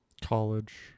College